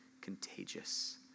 contagious